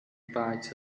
bites